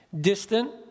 distant